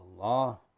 Allah